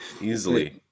Easily